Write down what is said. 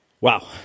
Wow